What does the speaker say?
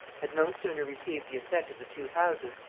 had no sooner received the assent of the two houses,